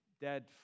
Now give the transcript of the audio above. dead